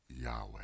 Yahweh